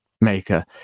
maker